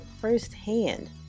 firsthand